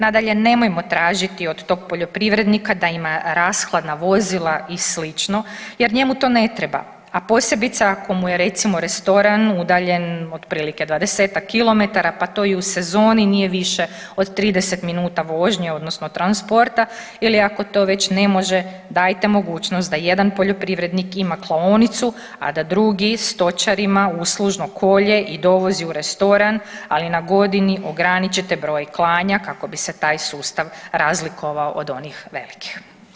Nadalje, nemojmo tražiti od tog poljoprivrednika da ima rashladna vozila i slično jer njemu to ne treba, a posebice ako mu je recimo restoran udaljen otprilike 20-tak kilometara, pa to i u sezoni nije više od 30 minuta vožnje odnosno transporta ili ako to već ne može dajte mogućnost da jedan poljoprivrednik ima klaonicu, a da drugi stočarima uslužno kolje i dovozi u restoran, ali na godini ograničite broj klanja kako bi se taj sustav razlikovao od onih velikih.